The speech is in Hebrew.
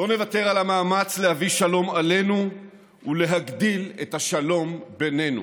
לא נוותר על המאמץ להביא שלום עלינו ולהגדיל את השלום בינינו.